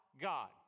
God